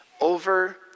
Over